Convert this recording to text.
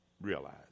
realize